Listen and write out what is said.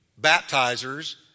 baptizers